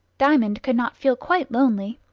diamond could not feel quite lonely.